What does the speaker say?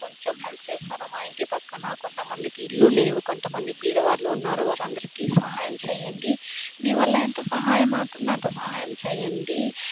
కొంచెం హెల్ప్ చేస్తారా మా ఇంటి పక్కన కొంతమందికి ఇళ్ళు లేవు కొంతమంది బీదవాళ్లు ఉన్నారు వాళ్ళందరికీ సహాయం చేయండి మీ వల్ల ఎంత సహాయం అవుతుందో అంత సహాయం చేయండి